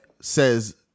says